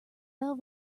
bell